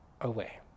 away